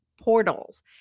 portals